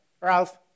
Ralph